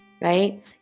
right